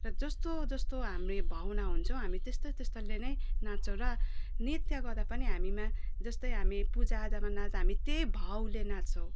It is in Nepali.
र जस्तो जस्तो हाम्रो भावना हुन्छौँ हामी त्यस्ता त्यस्ताले नै नाच्छौँ र नृत्य गर्दा पनि हामीमा जस्तै हामी पूजाआजामा नाच्दा हामी त्यही भावले नाच्छौँ